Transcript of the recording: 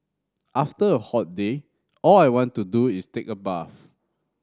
after a hot day all I want to do is take a bath